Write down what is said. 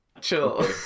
Chill